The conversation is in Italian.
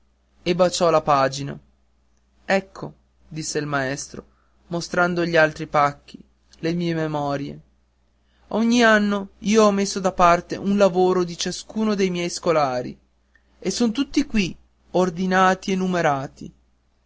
e baciò la pagina ecco disse il maestro mostrando gli altri pacchi le mie memorie ogni anno io ho messo da parte un lavoro di ciascuno dei miei scolari e son tutti qui ordinati e numerati